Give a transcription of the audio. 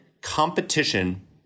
competition